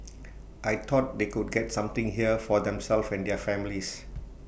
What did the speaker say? I thought they could get something here for themselves and their families